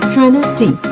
Trinity